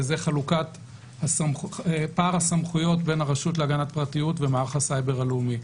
וזה פער הסמכויות בין הרשות להגנת הפרטיות ומערך הסייבר הלאומי.